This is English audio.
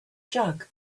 jug